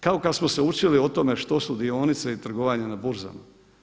Kao kada smo se učili o tome što su dionice i trgovanja na burzama.